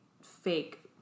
fake